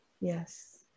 Yes